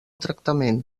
tractament